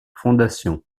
fondations